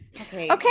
Okay